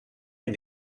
and